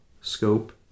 scope